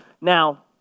Now